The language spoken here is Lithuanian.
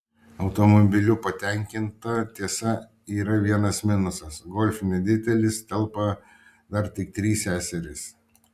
automobiliu patenkinta tiesa yra vienas minusas golf nedidelis telpa dar tik trys seserys